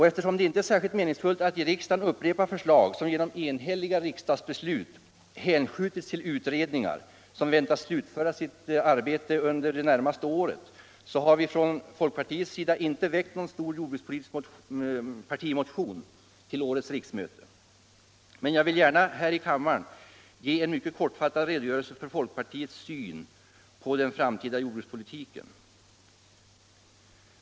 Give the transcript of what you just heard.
Eftersom det inte är särskilt meningsfullt att i riksdagen upprepa förslag som genom enhälliga riksdagsbeslut hänskjutits till utredningar som väntas slutföra sitt arbete inom närmaste året, har vi från folkpartiets sida inte väckt någon stor jordbrukspolitisk partimotion till årets riksmöte. Men jag vill gärna här i kammaren ge en mycket kortfattad redogörelse för folkpartiets syn på den framtida jordbrukspolitiken.